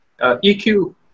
EQ